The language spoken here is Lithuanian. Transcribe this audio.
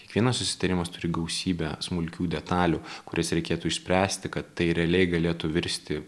kiekvienas susitarimas turi gausybę smulkių detalių kurias reikėtų išspręsti kad tai realiai galėtų virsti